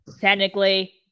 Technically